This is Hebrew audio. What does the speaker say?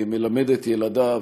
מלמד את ילדיו